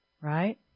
Right